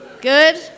Good